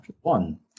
One